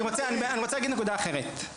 אני רוצה להגיד נקודה אחרת,